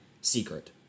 secret